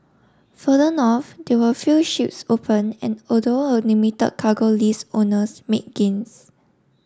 further north there were few shoes open and although a limit cargo list owners made gains